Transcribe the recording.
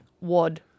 Wad